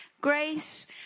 grace